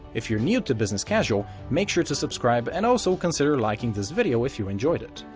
if you're new to business causal make sure to subscribe and also consider liking this video if you enjoyed it.